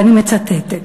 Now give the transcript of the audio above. ואני מצטטת: